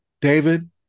David